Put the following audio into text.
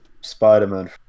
Spider-Man